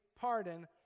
pardon